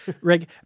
rig